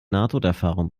nahtoderfahrung